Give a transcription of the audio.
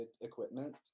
equipment